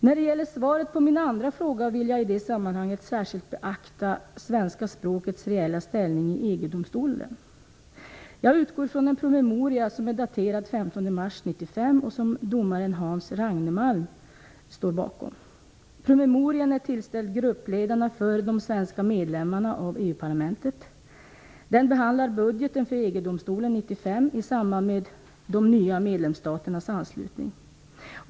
När det gäller svaret på min andra fråga vill jag särskilt beakta svenska språkets ställning i EG domstolen. Jag utgår från en promemoria som är daterad den 15 mars 1995 och som domaren Hans Ragnemalm står bakom. Promemorian är tillställd gruppledarna för de svenska medlemmarna av EU parlamentet. Den behandlar budgeten för EG domstolen 1995 i samband med de nya medlemsstaternas anslutning.